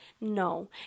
no